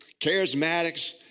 Charismatics